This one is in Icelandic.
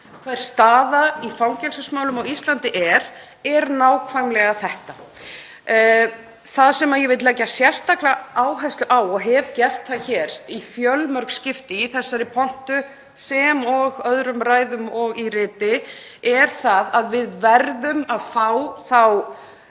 fyrir stöðunni í fangelsismálum á Íslandi er nákvæmlega þetta. Það sem ég vil leggja sérstaklega áherslu á, og hef gert það í fjölmörg skipti í þessari pontu sem og í öðrum ræðum og í riti, er að við verðum að fá þá